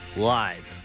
Live